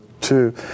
two